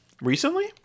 Recently